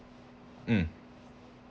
mm